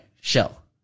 Shell